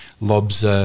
lobs